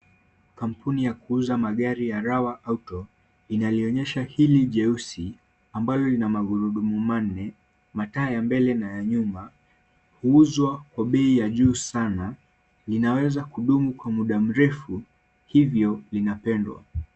Kampuni ya kuuza magari yagawa Auto linalionyesha hili jeusi ambayo ina magurudumu manne mataa ya mbele na ya nyuma huuzwa kwa bei ya juu sana linaweza kudumu kwa muda mrefu hivyo linapendwa.